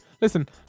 listen